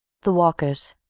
the walkers